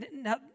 Now